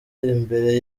imbere